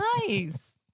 Nice